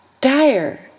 dire